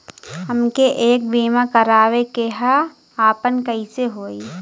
हमके एक बीमा करावे के ह आपन कईसे होई?